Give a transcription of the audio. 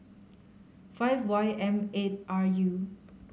five Y M eight R U